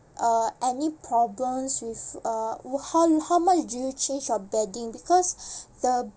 uh any problems with uh how how much do you change your bedding because the